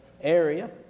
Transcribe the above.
area